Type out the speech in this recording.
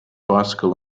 bicycle